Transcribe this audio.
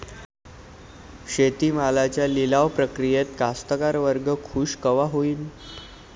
शेती मालाच्या लिलाव प्रक्रियेत कास्तकार वर्ग खूष कवा होईन?